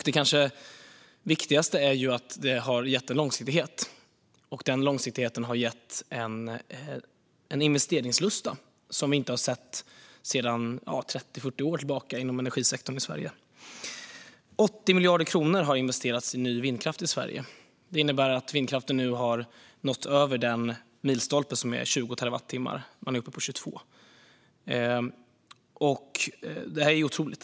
Det kanske viktigaste är att den har gett en långsiktighet, och denna långsiktighet har gett en investeringslust inom energisektorn i Sverige som vi inte sett maken till de senaste 30-40 åren. Hela 80 miljarder kronor har investerats i ny vindkraft i Sverige. Det innebär att vindkraften nu har passerat milstolpen 20 terawattimmar. Man är uppe på 22. Det är ju otroligt.